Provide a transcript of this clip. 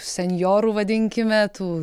senjorų vadinkime tų